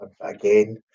again